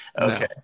Okay